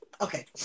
Okay